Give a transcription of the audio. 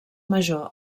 major